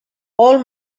all